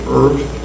earth